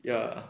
ya